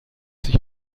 sich